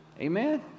Amen